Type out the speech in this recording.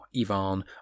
Ivan